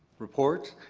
report.